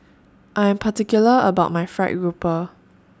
I Am particular about My Gried Grouper